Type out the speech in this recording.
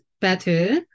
better